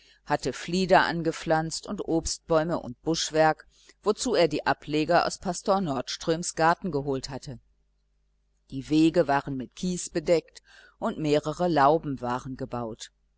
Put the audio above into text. hatte flieder angepflanzt und obstbäume und buschwerk wozu er die ableger aus pastor nordströms garten geholt hatte die wege waren mit kies bedeckt und mehrere lauben waren gebaut